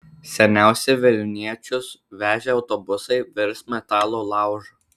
seniausi vilniečius vežę autobusai virs metalo laužu